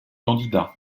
candidats